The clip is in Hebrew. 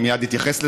מייד אתייחס לזה.